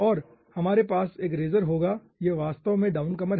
और हमारे पास एक रैसर होगा यह वास्तव में डाउन क़मर है